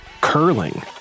curling